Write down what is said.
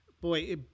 boy